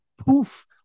poof